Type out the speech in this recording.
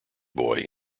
boy